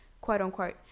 quote-unquote